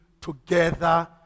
together